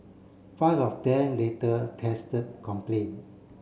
five of them later tested compliant